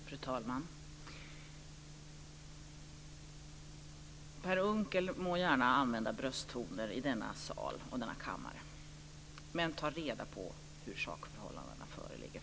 Fru talman! Per Unckel må gärna använda brösttoner i denna sal, i denna kammare, men ta först reda på hur det föreligger med sakförhållandena!